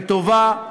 וטובה,